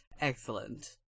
Excellent